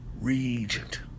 regent